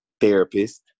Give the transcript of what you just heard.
therapist